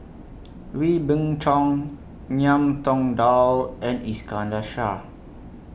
Wee Beng Chong Ngiam Tong Dow and Iskandar Shah